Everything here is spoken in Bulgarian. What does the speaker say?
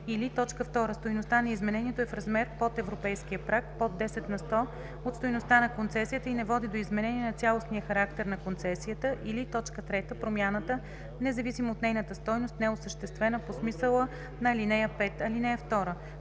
или 2. стойността на изменението е в размер под европейския праг, под 10 на сто от стойността на концесията и не води до изменение на цялостния характер на концесията, или 3. промяната, независимо от нейната стойност, не е съществена по смисъла на ал. 5.